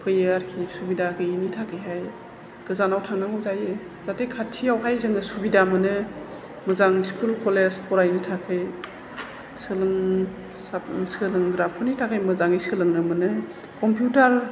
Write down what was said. फैयो आरोखि सुबिदा गैयैनि थाखायहाय गोजानाव थांनांगौ जायो जाहाथे खाथियावहाय जोङो सुबिदा मोनो मोजां स्कुल कलेज फरायनो थाखाय सोलों सोलोंग्राफोरनि थाखाय मोजाङै सोलोंनो मोनो कम्पिउटार